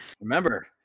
Remember